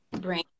brain